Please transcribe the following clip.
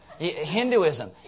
Hinduism